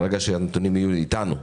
ברגע שהנתונים יהיו אתנו,